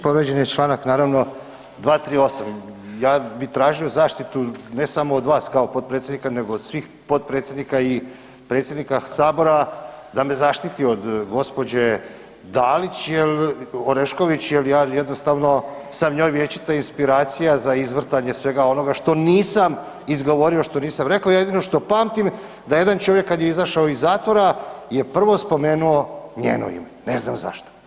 Povrijeđen je članak naravno 238., ja bi tražio zaštitu ne samo od kao potpredsjednika nego od svih potpredsjednika i predsjednika od sabora da me zaštiti od gospođe Dalić jel, Orešković jer ja jednostavno sam njoj vječito inspiracija za izvrtanje svega onoga što nisam izgovorio, što nisam rekao, jedino što pamtim je da jedan čovjek kada je izašao iz zatvora je prvo spomenuo njeno ime, ne znam zašto.